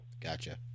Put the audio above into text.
Gotcha